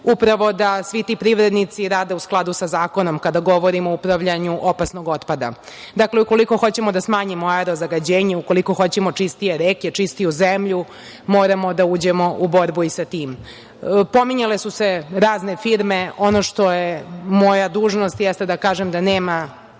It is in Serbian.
upravo da svi ti privrednici rade u skladu sa zakonom, kada govorim o upravljanju opasnim otpadom. Dakle, ukoliko hoćemo da smanjimo aero-zagađenje, ukoliko hoćemo čistije reke, čistiju zemlju, moramo da uđemo u borbu i sa tim. Pominjale su se razne firme. Ono što je moja dužnost jeste da kažem da ne